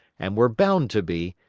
and were bound to be,